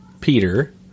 Peter